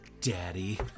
daddy